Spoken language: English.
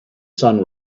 sun